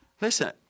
Listen